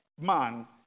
man